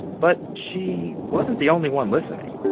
but she, wasn't the only one listening.